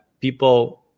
people